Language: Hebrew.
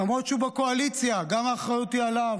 למרות שהוא בקואליציה והאחריות היא גם עליו.